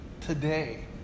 today